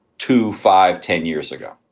two, five, ten years ago,